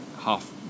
half